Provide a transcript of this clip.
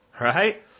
right